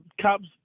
cop's